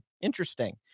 interesting